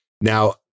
Now